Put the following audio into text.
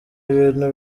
ibintu